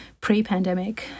pre-pandemic